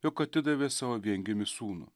jog atidavė savo viengimį sūnų